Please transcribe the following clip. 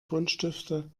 buntstifte